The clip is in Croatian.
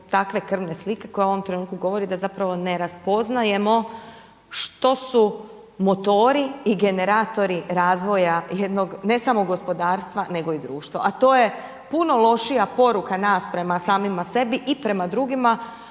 takve krvne slike koja u ovom trenutku govori da zapravo ne raspoznajemo što su motori i generatori razvoja jednog ne samo gospodarstva nego i društva. A to je puno lošija poruka nas prema samima sebi i prema drugima